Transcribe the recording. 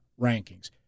rankings